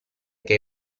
che